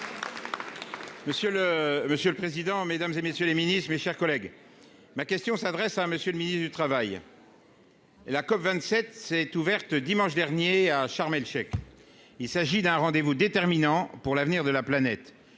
monsieur le président, Mesdames et messieurs les ministres, mes chers collègues, ma question s'adresse à monsieur le ministre du Travail. La COP27 s'est ouverte dimanche dernier à Charm el-Cheikh il s'agit d'un rendez vous déterminants pour l'avenir de la planète,